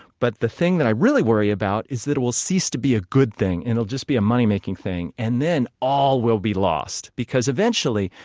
but the thing that i really worry about is that it will cease to be a good thing, and it'll just be a money-making thing. and then all will be lost, because eventually,